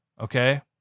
Okay